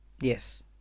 Yes